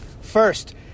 First